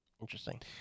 Interesting